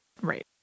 Right